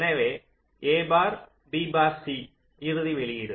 எனவே a bar b bar c இறுதி வெளியீடு